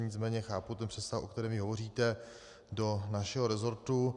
Nicméně chápu ten přesah, o kterém vy hovoříte, do našeho resortu.